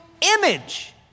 image